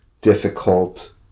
difficult